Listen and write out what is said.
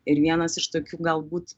ir vienas iš tokių galbūt